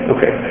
Okay